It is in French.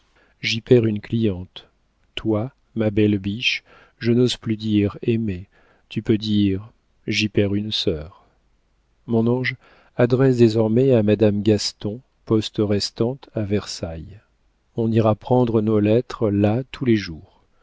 j'y perds une cliente toi ma belle biche je n'ose plus dire aimée tu peux dire j'y perds une sœur mon ange adresse désormais à madame gaston poste restante à versailles on ira prendre nos lettres là tous les jours